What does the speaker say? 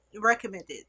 recommended